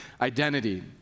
identity